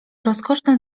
rozkoszne